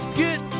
get